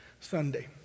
Sunday